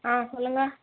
ஆ சொல்லுங்கள்